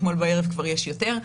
מאתמול בערב כבר יש יותר.